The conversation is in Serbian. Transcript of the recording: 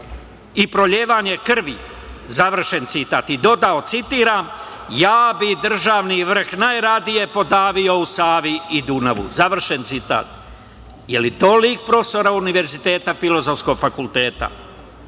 i prolivanje krvi“, završen citat, i dodao, citiram –„ Ja bih državni vrh najradije podavio u Savi i Dunavu“, završen citat. Je li to lik profesora Univerziteta Filozofskog fakulteta?